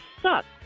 sucks